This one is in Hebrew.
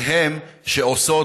הן עושות,